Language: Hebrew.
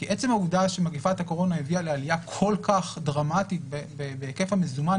כי עצם העובדה שמגפת הקורונה הביאה לעלייה כל כך דרמטית בהיקף המזומן